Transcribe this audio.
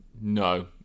No